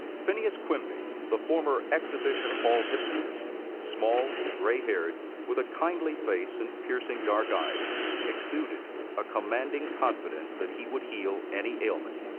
phineas quimby, the former exhibition-hall hypnotist small, gray-haired, with a kindly face and piercing dark eyes exuded a commanding confidence that he would heal any ailment.